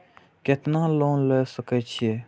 केतना लोन ले सके छीये?